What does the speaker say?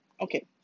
okay